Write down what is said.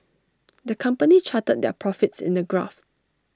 the company charted their profits in the graph